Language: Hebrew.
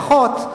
פחות,